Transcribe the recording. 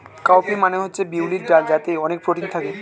cow P মানে হচ্ছে বিউলির ডাল যাতে অনেক প্রোটিন থাকে